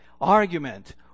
argument